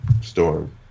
storm